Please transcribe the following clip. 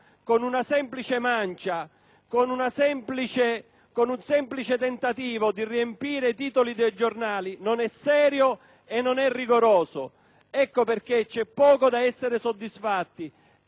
con una semplice mancia, cercando i titoli dei giornali, non è serio né rigoroso. Ecco perché c'è poco da essere soddisfatti. Ecco perché denunciamo